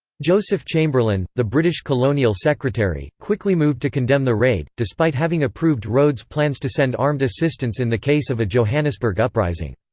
joseph chamberlain, the british colonial secretary, quickly moved to condemn the raid, despite having approved rhodes' plans to send armed assistance in the case of a johannesburg uprising.